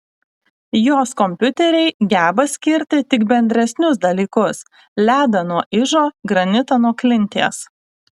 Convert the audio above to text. jos kompiuteriai geba skirti tik bendresnius dalykus ledą nuo ižo granitą nuo klinties